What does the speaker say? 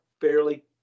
fairly